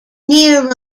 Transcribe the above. near